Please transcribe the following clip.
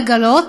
לגלות